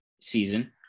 season